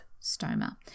stoma